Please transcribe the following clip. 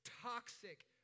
toxic